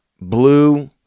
blue